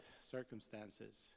circumstances